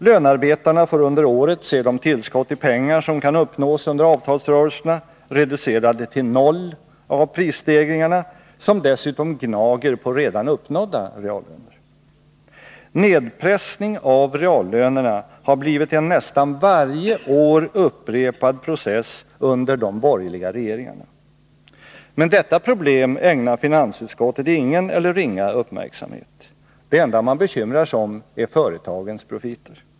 Lönarbetarna får under året se de tillskott i pengar som kan uppnås under avtalsrörelserna reducerade till noll av prisstegringarna, som dessutom gnager på redan uppnådda reallöner. Nedpressning av reallönerna har blivit en nästan varje år upprepad process under de borgerliga regeringarna. Men detta problem ägnar finansutskottet ingen eller ringa uppmärksamhet. Det enda man bekymrar sig om är företagens profiter.